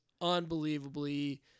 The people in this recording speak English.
unbelievably